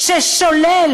ששולל